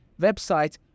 website